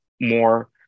more